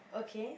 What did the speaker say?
okay